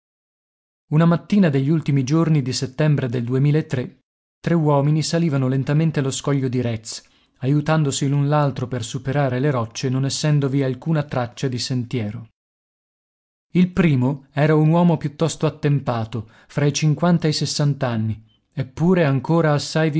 una mattina degli ultimi giorni di settembre del